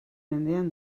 mendean